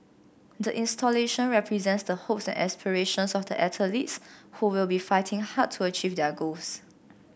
the installation represents the hopes and aspirations of the athletes who will be fighting hard to achieve their goals